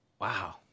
wow